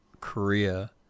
Korea